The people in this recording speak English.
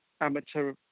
amateur